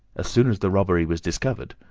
as soon as the robbery was discovered,